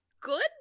good